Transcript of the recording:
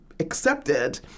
accepted